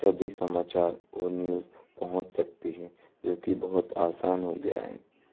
सभी समाचार और न्यूज़ पहुँच सकती है जो की बहुत आसान हो गया है